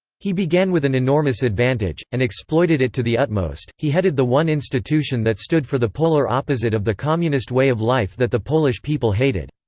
he began with an enormous advantage, and exploited it to the utmost he headed the one institution that stood for the polar opposite of the communist way of life that the polish people hated.